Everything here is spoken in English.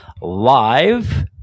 live